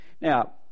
Now